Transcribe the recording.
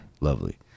Lovely